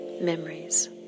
Memories